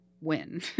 win